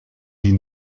die